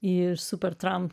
į supertramp